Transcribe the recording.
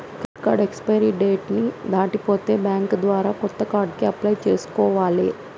credit card expiry date ని దాటిపోతే bank ద్వారా కొత్త కార్డుకి అప్లై చేసుకోవాలే